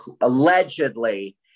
allegedly